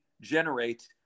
generate